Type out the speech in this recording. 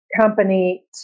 company